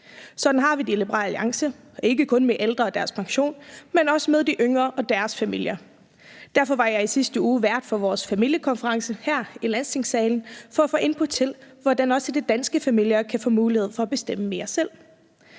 Sådan har vi det i Liberal Alliance, ikke kun med ældre og deres pension, men også med de yngre og deres familier. Derfor var jeg i sidste uge vært for vores familiekonference her i Landstingssalen for at få input til, hvordan også de danske familier kan få mulighed for at bestemme mere selv.